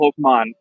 pokemon